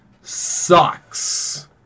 sucks